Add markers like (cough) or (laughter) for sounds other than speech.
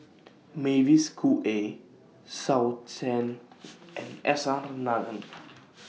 Mavis Khoo Oei (unintelligible) and S R Nathan (noise)